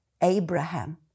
Abraham